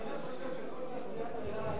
אתה באמת חושב שכל תעשיית היין